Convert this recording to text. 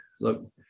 Look